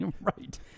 Right